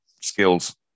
skills